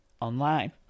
Online